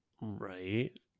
Right